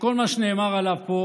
שעם כל מה שנאמר עליו פה